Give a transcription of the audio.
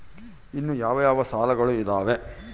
ಇನ್ನು ಯಾವ ಯಾವ ಸಾಲಗಳು ಇದಾವೆ?